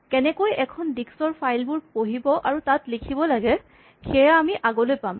কেনেকৈ এখন ডিক্স ৰ ফাইল বোৰ পঢ়িব আৰু তাত লিখিব লাগে সেয়া আমি আগলৈ পাম